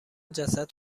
جسد